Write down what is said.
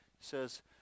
says